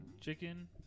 Chicken